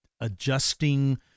adjusting